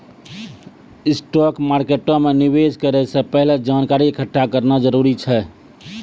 stock मार्केटो मे निवेश करै से पहिले जानकारी एकठ्ठा करना जरूरी छै